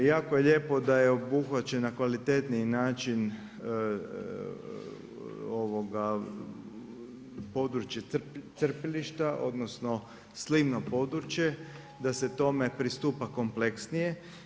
Jako je lijepo da je obuhvaćena na kvalitetniji način područje crpilišta, odnosno, slivno područje, da se tome pristupa kompleksnije.